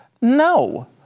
No